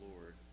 Lord